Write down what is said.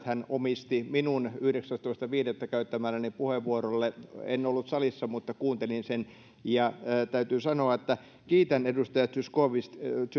hän omisti minun yhdeksästoista viidettä käyttämälleni puheenvuorolle en ollut salissa mutta kuuntelin sen ja täytyy sanoa että kiitän edustaja